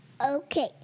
Okay